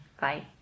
bye